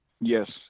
Yes